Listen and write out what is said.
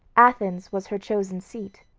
athens was her chosen seat,